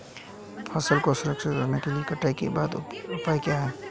फसल को संरक्षित करने के लिए कटाई के बाद के उपाय क्या हैं?